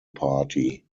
party